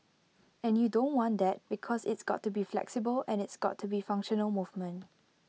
and you don't want that because it's got to be flexible and it's got to be functional movement